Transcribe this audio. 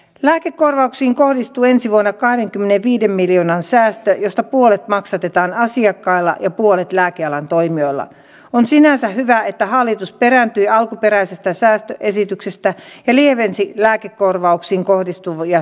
lääkekorvauksiin kohdistuu ensi vuonna kahdenkymmenenviiden miljoonan säästö josta puolet maksatetaan asiakkailla ja puolet lääkealan toimijoilla on sinänsä hyvä että hallitus perääntyi alkuperäisestä säästöesityksestä ja lievensi lääkekorvauksiin kohdistuvia